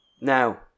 Now